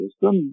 system